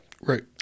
Right